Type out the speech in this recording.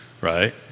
right